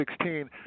2016